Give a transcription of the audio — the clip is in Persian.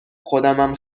خودمم